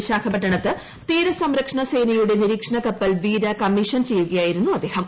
വിശാഖപട്ടണത്ത് തീരസംരക്ഷണ സേനയുടെ നിരീക്ഷണ കപ്പൽ വീര കമ്മീഷൻ ചെയ്യുകയായിരുന്നു അദ്ദേഹം